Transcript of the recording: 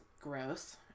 gross